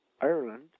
Ireland